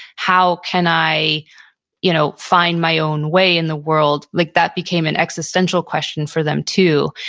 how can i you know find my own way in the world? like that became an existential question for them too.